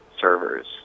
servers